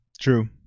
True